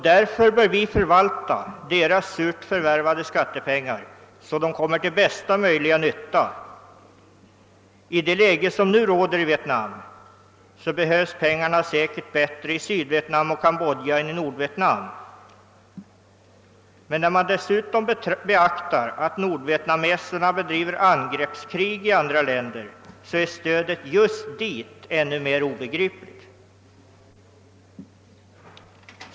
Därför bör vi förvalta deras surt förvärvade skattepengar så att pengarna kommer till bästa möjliga nytta. Med det läge som nu råder i Vietnam behövs pengarna säkert bättre i Sydvietnam och Cambodja än i Nordvietnam. Om man dessutom beaktar att nordvietnameserna bedriver angreppskrig i andra länder, är stöd dit ännu mera obegripligt.